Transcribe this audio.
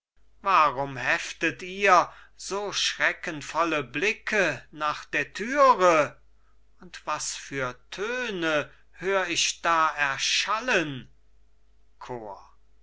warum heftet ihr so schreckensvolle blicke nach der thüre und was für töne hör ich da erschallen chor